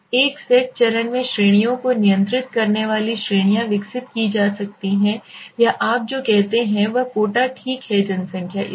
1 set चरण में श्रेणियों को नियंत्रित करने वाली श्रेणियां विकसित की जाती हैं या आप जो कहते हैं वह कोटा ठीक है जनसंख्या